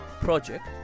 project